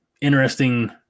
interesting